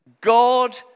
God